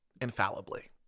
infallibly